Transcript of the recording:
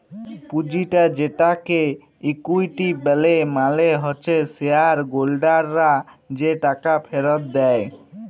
পুঁজিটা যেটাকে ইকুইটি ব্যলে মালে হচ্যে শেয়ার হোল্ডাররা যে টাকা ফেরত দেয়